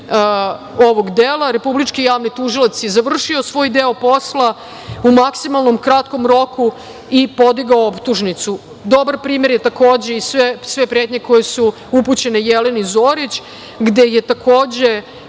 ovog dela. Republički javni tužilac je završio svoj deo posla, u maksimalnom kratkom roku i podigao optužnicu. Dobar primer je takođe, i sve pretnje koje su upućene i Jeleni Zorić, gde je takođe,